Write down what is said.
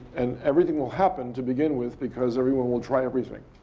and everything will happen to begin with because everyone will try everything.